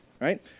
right